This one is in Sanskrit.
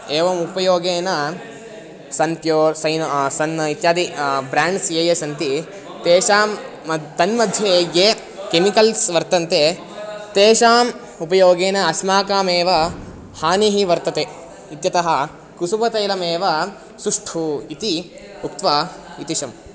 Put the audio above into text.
एवम् उपयोगेन सन् प्योर् सैन् सन् इत्यादि ब्राण्ड्स् ये ये सन्ति तेषां म तन्मध्ये ये केमिकल्स् वर्तन्ते तेषाम् उपयोगेन अस्माकमेव हानिः वर्तते इत्यतः कुसुमतैलमेव सुष्ठुः इति उक्त्वा इति शम्